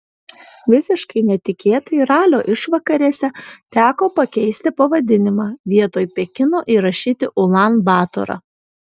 visiškai netikėtai ralio išvakarėse teko pakeisti pavadinimą vietoj pekino įrašyti ulan batorą